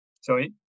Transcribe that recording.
Sorry